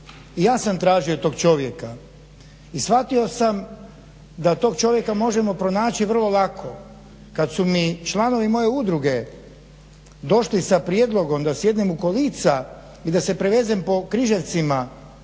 i ja sam tražio tog čovjeka i shvatio sam da tog čovjeka možemo pronaći vrlo lako. Kad su mi članovi moje udruge došli sa prijedlogom da sjednem u kolica i da se prevezem po Križevcima